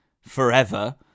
forever